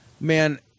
Man